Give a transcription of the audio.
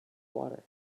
water